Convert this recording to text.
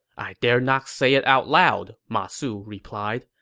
i dare not say it out loud, ma su replied.